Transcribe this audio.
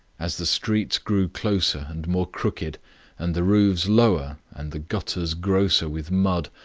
as the streets grew closer and more crooked and the roofs lower and the gutters grosser with mud,